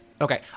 Okay